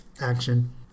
action